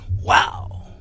Wow